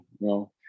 no